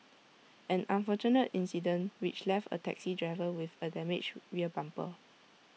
an unfortunate incident which left A taxi driver with A damaged rear bumper